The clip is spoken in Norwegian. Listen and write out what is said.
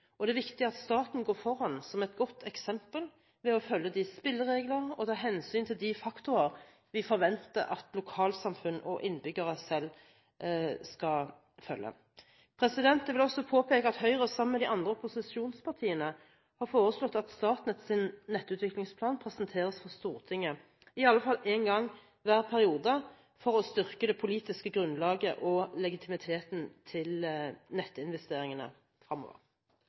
og det er viktig at staten går foran som et godt eksempel ved å følge spilleregler og ta hensyn til de faktorer vi forventer at lokalsamfunn og innbyggere selv skal følge. Jeg vil også påpeke at Høyre, sammen med de andre opposisjonspartiene, har foreslått at Statnetts nettutviklingsplan presenteres for Stortinget i alle fall en gang i hver periode for å styrke det politiske grunnlagt og legitimiteten til nettinvesteringene